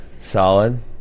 Solid